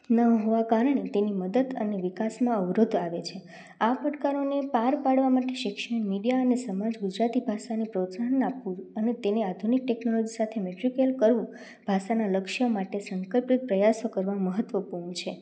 ન હોવાના કારણે તેની મદદ અને વિકાસમાં અવરોધ આવે છે આ પડકારોને પાર પાડવા માટે શિક્ષણ મીડિયા અને સમાજ ગુજરાતી ભાષાને પ્રોત્સાહન આપવું અને તેને આધુનિક ટેકનોલોજી સાથે મેટ્રીગેલ કરવું ભાષાના લક્ષ્ય માટે સંકલ્પ પ્રયાસો કરવા મહત્ત્વપૂર્ણ છે